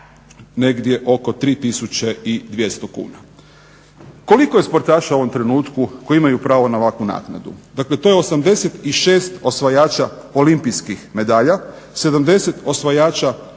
negdje oko 3200 kuna. Koliko je sportaša u ovom trenutku koji imaju pravo na ovakvu naknadu. Dakle, to je 86 osvajača olimpijskih medalja, 70 osvajača